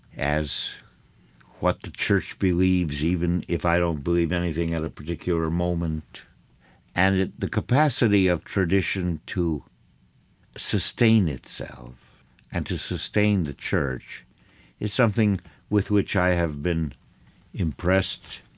as what the church believes even if i don't believe anything at a particular moment and it the capacity of tradition to sustain itself and to sustain the church is something with which i have been impressed,